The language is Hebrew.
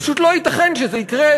פשוט לא ייתכן שזה יקרה,